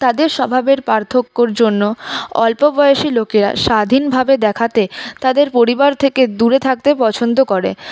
তাদের স্বভাবের পার্থক্যর জন্য অল্পবয়সী লোকেরা স্বাধীনভাবে দেখাতে তাদের পরিবার থেকে দূরে থাকতে পছন্দ করে